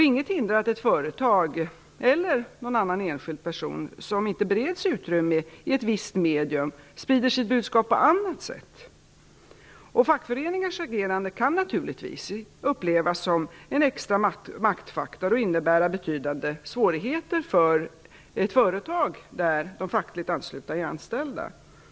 Inget hindrar att ett företag eller en enskild person som inte bereds utrymme i ett visst medium sprider sitt budskap på annat sätt. Fackföreningars agerande kan naturligtvis upplevas som en extra maktfaktor och innebära betydande svårigheter för ett företag där de fackligt anslutna är anställda.